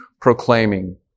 proclaiming